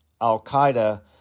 al-Qaeda